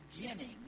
beginning